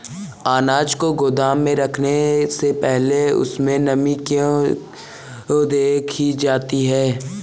अनाज को गोदाम में रखने से पहले उसमें नमी को क्यो देखी जाती है?